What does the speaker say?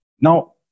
Now